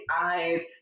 eyes